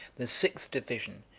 the sixth division,